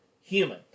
human